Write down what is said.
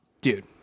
Dude